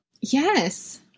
Yes